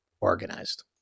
organized